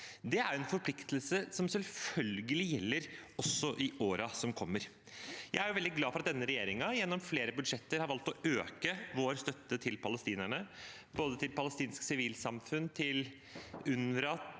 Det er en forpliktelse som selvfølgelig gjelder også i årene som kommer. Jeg er veldig glad for at denne regjeringen gjennom flere budsjetter har valgt å øke vår støtte til palestinerne, både til palestinsk sivilsamfunn, til UNRWA,